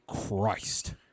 Christ